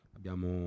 Abbiamo